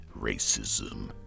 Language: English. racism